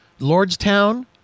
Lordstown